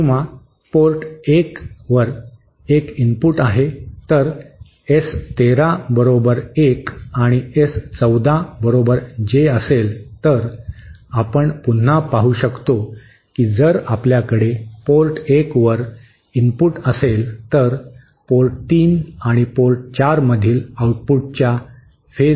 किंवा पोर्ट 1 वर एक इनपुट आहे तर S13 बरोबर 1 आणि एस 14 बरोबर J असेल तर आपण पुन्हा पाहू शकतो की जर आपल्याकडे पोर्ट 1 वर इनपुट असेल तर पोर्ट 3 आणि पोर्ट 4 मधील आउटपुट च्या फेज 90° ने बदलतील